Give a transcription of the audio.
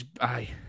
Aye